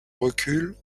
recul